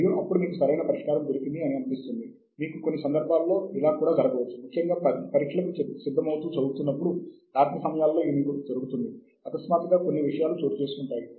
మరియు సాహిత్య శోధన చేసేటప్పుడు మనం తెలుసుకోవలసిన మరికొన్ని విషయాలు ఉన్నాయి